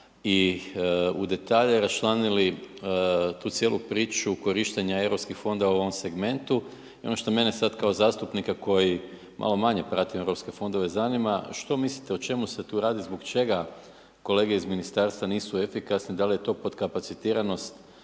i u detalje raščlanili tu cijelu priču korištenja Europskih fondova u ovom segmentu. I ono što mene sad kao zastupnika koji malo manje prati Europske fondove, zanima, što mislite o čemu se tu radi, zbog čega kolege iz Ministarstva nisu efikasni, dal je to potkapacitiranost,